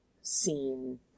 scene